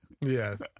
Yes